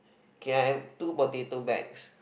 k I have two potato bags